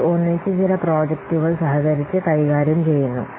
അവർ ഒന്നിച്ച് ചില പ്രോജക്റ്റുകൾ സഹകരിച്ച് കൈകാര്യം ചെയ്യുന്നു